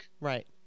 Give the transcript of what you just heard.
Right